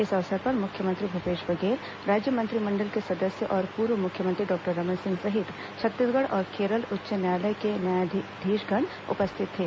इस अवसर पर मुख्यमंत्री भूपेश बघेल राज्य मंत्रिमंडल के सदस्य और पूर्व मुख्यमंत्री डॉक्टर रमन सिंह सहित छत्तीसगढ़ और केरल उच्च न्यायालय के न्यायधीशगण उपस्थित थे